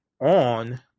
on